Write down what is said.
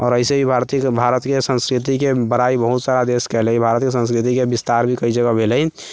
आओर ऐसे ही भारतीय भारतीय संस्कृतिके बड़ाइ बहुत सारा देश कयले हइ भारतके संस्कृतिके विस्तार भी कई जगह भेलै